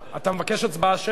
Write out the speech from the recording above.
אתה מבקש הצבעה שמית?